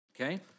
Okay